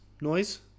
noise